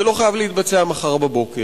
זה לא חייב להתבצע מחר בבוקר,